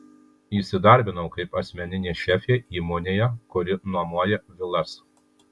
įsidarbinau kaip asmeninė šefė įmonėje kuri nuomoja vilas